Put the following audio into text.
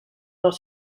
dels